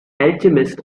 alchemist